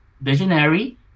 visionary